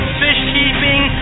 fish-keeping